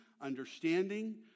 understanding